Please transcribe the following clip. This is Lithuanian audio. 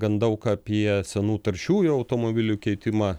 gan daug apie senų taršiųjų automobilių keitimą